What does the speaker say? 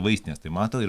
vaistinės tai mato ir